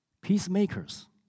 Peacemakers